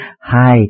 Hi